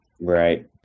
right